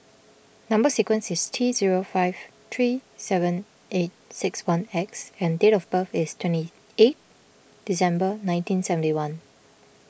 Number Sequence is T zero five three seven eight six one X and date of birth is twenty eight December nineteen seventy one